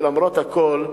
ולמרות הכול,